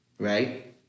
Right